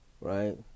right